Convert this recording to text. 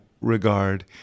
Regard